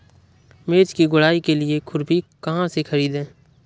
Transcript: मिर्च की गुड़ाई के लिए खुरपी कहाँ से ख़रीदे?